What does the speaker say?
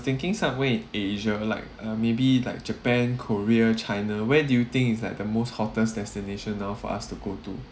thinking someway in asia like uh maybe like japan korea china where do you think is like the most hottest destination now for us to go to